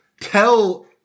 tell